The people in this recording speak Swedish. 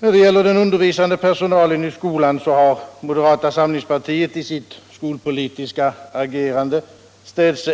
När det rör den undervisande personalen i skolan har moderata samlingspartiet i sitt skolpolitiska agerande